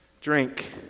drink